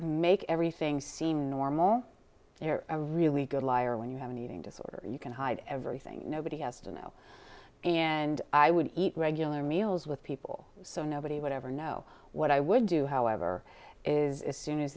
make everything seem normal you're a really good liar when you have an eating disorder you can hide everything nobody has to know and i would eat regular meals with people so nobody would ever know what i would do however is soon as